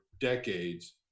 decades